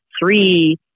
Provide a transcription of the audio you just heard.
three